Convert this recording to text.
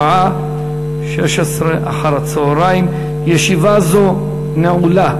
בשעה 16:00. ישיבה זו נעולה.